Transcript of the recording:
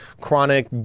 chronic